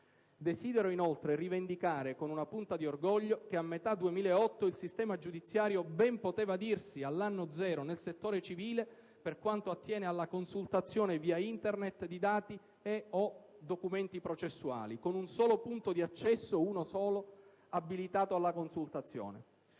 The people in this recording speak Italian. Desidero inoltre rivendicare con una punta di orgoglio che, a metà del 2008, il sistema giudiziario poteva ben dirsi all'anno zero nel settore civile per quanto attiene la consultazione via Internet di dati e/o documenti processuali, con un solo punto di accesso abilitato alla consultazione.